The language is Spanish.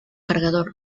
cargador